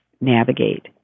navigate